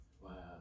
Wow